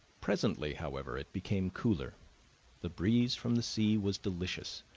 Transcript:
presently, however, it became cooler the breeze from the sea was delicious,